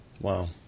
Wow